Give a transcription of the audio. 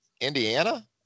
Indiana